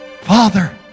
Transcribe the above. Father